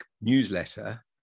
newsletter